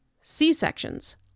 C-sections